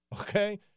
okay